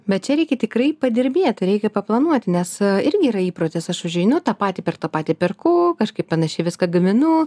bet čia reikia tikrai padirbėt reikia paplanuoti nes irgi yra įprotis aš užeinu tą patį per tą patį perku kažkaip panašiai viską gaminu